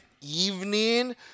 evening